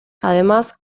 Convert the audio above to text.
además